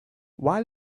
why